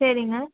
சரிங்க